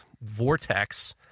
vortex